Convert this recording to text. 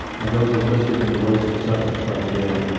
and those are listed in the waste acceptance criteria,